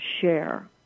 share